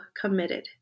committed